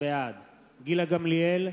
בעד גילה גמליאל,